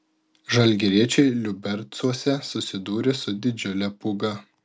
žalgiriečiai liubercuose susidūrė su didžiule pūga